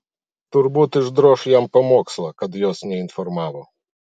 turbūt išdroš jam pamokslą kad jos neinformavo